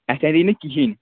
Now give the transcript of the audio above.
اَتھ اَندی نہٕ کِہیٖنۍ